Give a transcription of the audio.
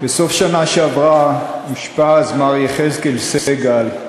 בסוף השנה שעברה אושפז מר יחזקאל סגל.